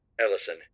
Ellison